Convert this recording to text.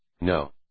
No